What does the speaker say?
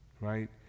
right